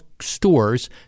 stores